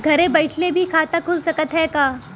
घरे बइठले भी खाता खुल सकत ह का?